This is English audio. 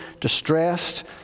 distressed